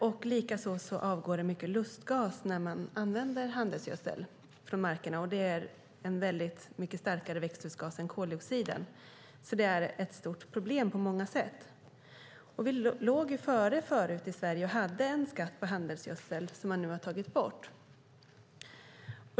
Det avgår också mycket lustgas när man använder handelsgödsel på markerna, och det är en mycket starkare växthusgas än koldioxid. Handelsgödsel är alltså ett stort problem på många sätt. Sverige låg tidigare före och hade skatt på handelsgödsel, men den har tagits bort.